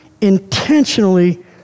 intentionally